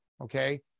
Okay